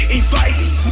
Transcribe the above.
inviting